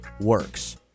works